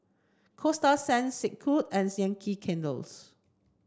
Coasta Sands Snek Ku and Yankee Candles